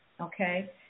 okay